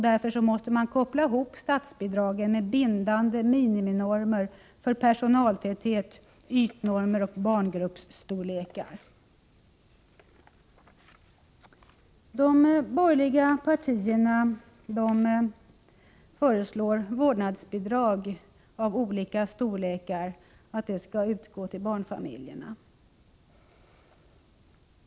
Därför måste statsbidragen kopplas ihop med bindande miniminormer för personaltäthet, ytnormer och barngruppsstorlekar. De borgerliga partierna föreslår vårdnadsbidrag av olika storlekar till barnfamiljerna.